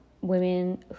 women